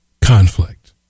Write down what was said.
conflict